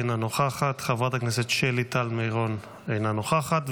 אינה נוכחת, חברת הכנסת שלי טל מירון, אינה נוכחת.